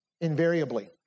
invariably